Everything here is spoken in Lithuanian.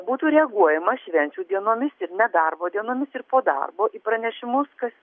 būtų reaguojama švenčių dienomis ir nedarbo dienomis ir po darbo į pranešimus kas